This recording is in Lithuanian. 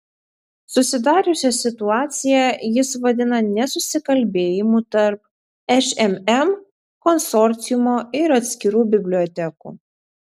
susidariusią situaciją jis vadina nesusikalbėjimu tarp šmm konsorciumo ir atskirų bibliotekų